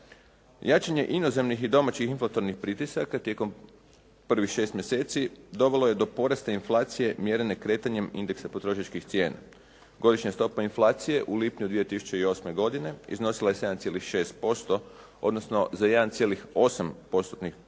Jačanje inozemnih i domaćih inflatornih pritisaka tijekom prvih šest mjeseci dovelo je do porasta inflacije mjerene kretanjem indeksa potrošačkih cijena. Godišnja stopa inflacije u lipnju 2008. godine iznosila je 7,6% odnosno za 1,8